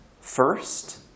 first